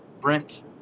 Brent